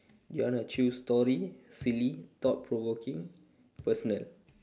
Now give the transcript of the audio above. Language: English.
do you want to choose story silly thought provoking personal